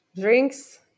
drinks